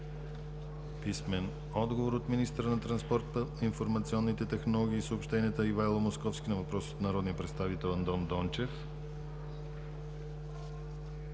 Тодорова; - министъра на транспорта, информационните технологии и съобщенията Ивайло Московски на въпрос от народния представител Андон Дончев;